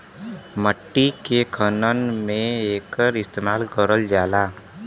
मट्टी के खने में एकर इस्तेमाल करल जाला